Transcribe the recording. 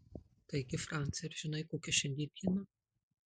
taigi franci ar žinai kokia šiandien diena